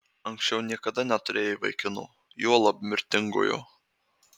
anksčiau niekada neturėjai vaikino juolab mirtingojo